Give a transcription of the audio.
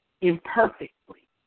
imperfectly